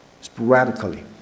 sporadically